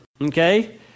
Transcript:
okay